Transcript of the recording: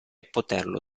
poterlo